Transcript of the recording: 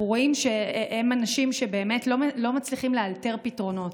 אנחנו רואים שהם אנשים שלא מצליחים לאלתר פתרונות,